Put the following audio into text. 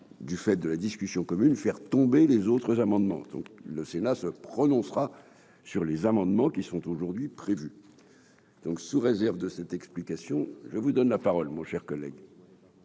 du fait de la discussion commune, faire tomber les autres amendements donc le Sénat se prononcera sur les amendements qui sont aujourd'hui prévues donc sous réserve de cette explication, je vous donne la parole, mon cher collègue.